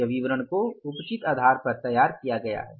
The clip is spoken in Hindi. यह विवरण को उपचित आधार पर तैयार किया गया है